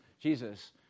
Jesus